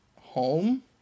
home